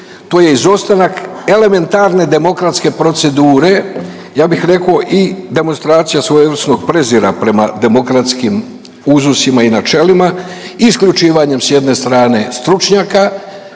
to je izostanak elementarne demokratske procedure. Ja bih rekao i demonstracija svojevrsnog prezira prema demokratskim uzusima i načelima. Isključivanjem s jedne strane stručnjaka